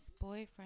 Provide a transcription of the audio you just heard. boyfriend